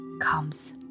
comes